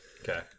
Okay